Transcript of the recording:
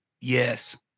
yes